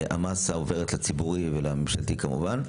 המסה עוברת לציבורי ולממשלתי כמובן.